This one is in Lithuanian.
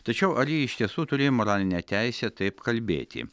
tačiau ar ji iš tiesų turėjo moralinę teisę taip kalbėti